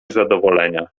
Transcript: zadowolenia